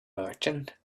merchant